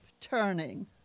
turning